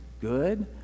good